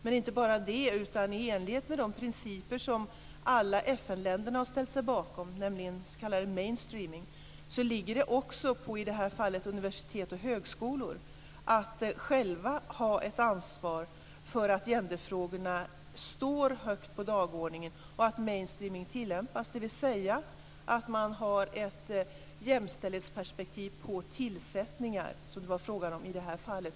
Dessutom är det så att i enlighet med de principer om s.k. mainstreaming som alla FN-länder har ställt sig bakom ligger det i det här fallet också på universitet och högskolor att själva ha ett ansvar för att gender-frågorna står högt på dagordningen och att mainstreaming tillämpas. Det innebär att man skall ha ett jämställdhetsperspektiv på tillsättningar, som det var frågan om i det här fallet.